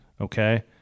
Okay